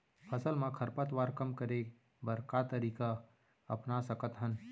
फसल मा खरपतवार कम करे बर का तरीका अपना सकत हन?